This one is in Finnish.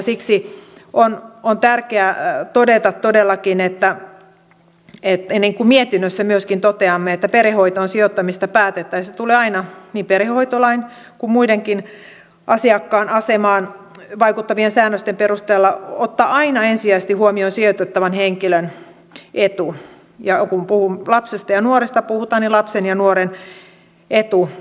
siksi on todellakin tärkeää todeta niin kuin mietinnössä myöskin toteamme että perhehoitoon sijoittamisesta päätettäessä tulee aina niin perhehoitolain kuin muidenkin asiakkaan asemaan vaikuttavien säännösten perusteella ottaa aina ensisijaisesti huomioon sijoitettavan henkilön etu ja kun lapsesta ja nuoresta puhutaan niin lapsen ja nuoren etu